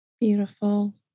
Beautiful